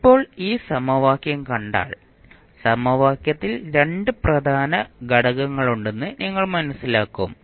ഇപ്പോൾ ഈ സമവാക്യം കണ്ടാൽ സമവാക്യത്തിൽ 2 പ്രധാന ഘടകങ്ങളുണ്ടെന്ന് നിങ്ങൾ മനസ്സിലാക്കും